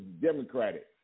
Democratic